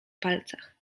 palcach